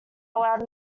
allowed